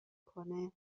کنه